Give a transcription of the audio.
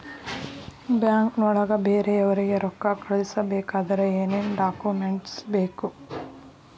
ಬ್ಯಾಂಕ್ನೊಳಗ ಬೇರೆಯವರಿಗೆ ರೊಕ್ಕ ಕಳಿಸಬೇಕಾದರೆ ಏನೇನ್ ಡಾಕುಮೆಂಟ್ಸ್ ಬೇಕು?